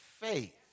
faith